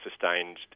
sustained